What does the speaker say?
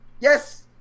Yes